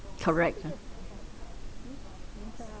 correct ah